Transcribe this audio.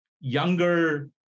younger